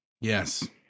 Yes